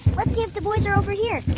let's see if the boys are over here.